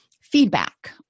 feedback